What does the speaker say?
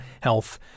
Health